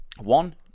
One